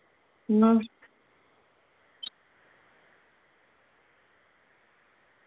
अ